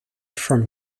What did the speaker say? from